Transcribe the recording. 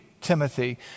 Timothy